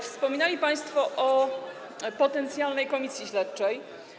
Wspominali państwo o potencjalnej komisji śledczej.